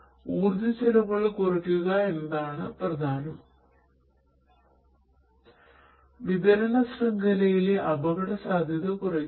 ഊർജ്ജ ചെലവുകൾ കുറയ്ക്കുകഎന്നതാണ് പ്രധാനം വിതരണ ശൃംഖലയിലെ അപകടസാധ്യത കുറയ്ക്കുന്നു